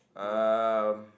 um